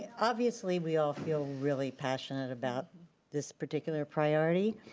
obviously we all feel really passionate about this particular priority,